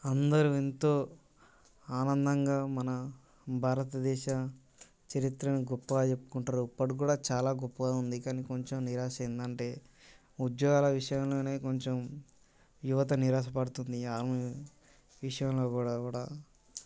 అందరూ ఎంతో ఆనందంగా మన భారతదేశం చరిత్రను గొప్పగా చెప్పుకుంటారు ఇప్పుడు కుడా చాలా గొప్పగా ఉంది కానీ కొంచెం నిరాశ ఏంటంటే ఉద్యోగాల విషయంలోనే కొంచెం యువత నిరాశపడుతోంది విషయంలో కూడా